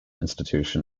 institute